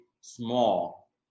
small